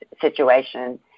situation